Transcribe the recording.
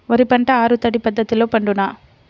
వరి పంట ఆరు తడి పద్ధతిలో పండునా?